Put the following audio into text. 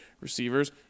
receivers